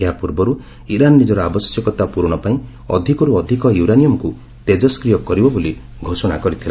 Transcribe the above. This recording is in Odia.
ଏହା ପୂର୍ବରୁ ଇରାନ୍ ନିଜର ଆବଶ୍ୟକତା ପୂରଣ ପାଇଁ ଅଧିକରୁ ଅଧିକ ୟୁରାନିୟମ୍କୁ ତେଜଷ୍ଟ୍ରିୟ କରିବ ବୋଲି ଘୋଷଣା କରିଥିଲା